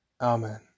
Amen